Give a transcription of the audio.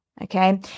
okay